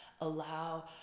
allow